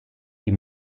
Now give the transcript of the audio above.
die